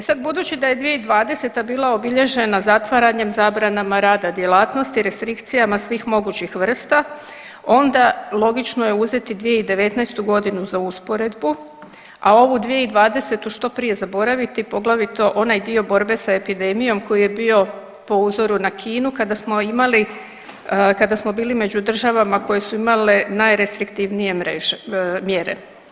E sad budući da je 2020. bila obilježena, zatvaranjem, zabrana rada djelatnosti, restrikcijama svih mogućih vrsta, onda logično je uzeti 2019. godinu za usporedbu a ovu 2020. što prije zaboraviti, poglavito onaj dio borbe s epidemijom koji je bio po uzoru na Kinu, kada smo bili među državama koje su imali najrestriktivnije mjere.